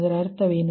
ಅದರ ಅರ್ಥವೇನು